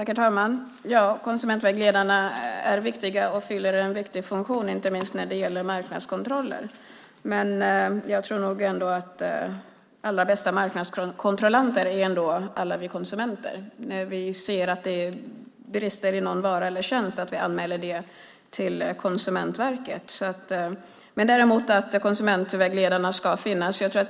Herr talman! Konsumentvägledarna är viktiga och fyller en viktig funktion, inte minst när det gäller marknadskontroller. Ändå tror jag att de allra bästa marknadskontrollanterna är alla vi konsumenter. När vi ser att det är brister i någon vara eller tjänst ska vi anmäla det till Konsumentverket. Däremot ska konsumentvägledarna finnas.